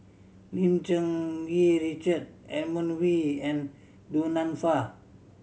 Lim Cherng Yih Richard Edmund Wee and Du Nanfa